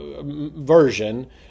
version